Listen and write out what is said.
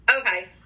Okay